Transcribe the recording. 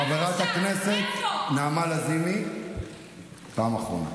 תתבייש, חברת הכנסת נעמה לזימי, פעם אחרונה.